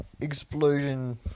Explosion